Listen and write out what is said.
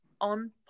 on